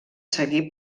seguir